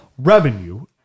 Revenue